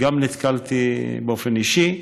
גם אני נתקלתי בה באופן אישי.